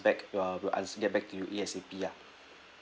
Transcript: back uh we'll ans~ get back to you A_S_A_P lah